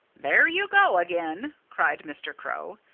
there you go again! cried mr. crow.